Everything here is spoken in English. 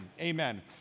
Amen